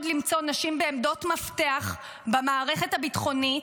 למצוא נשים בעמדות מפתח במערכת הביטחונית,